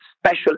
special